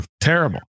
terrible